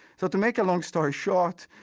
so to make a long story short,